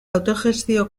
autogestio